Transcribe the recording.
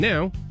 Now